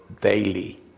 daily